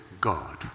God